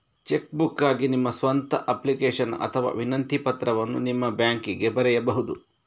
check ಬುಕ್ಗಾಗಿ ನಿಮ್ಮ ಸ್ವಂತ ಅಪ್ಲಿಕೇಶನ್ ಅಥವಾ ವಿನಂತಿ ಪತ್ರವನ್ನು ನಿಮ್ಮ ಬ್ಯಾಂಕಿಗೆ ಬರೆಯಬಹುದು